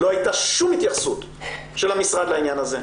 לא הייתה שום התייחסות של המשרד לעניין הזה.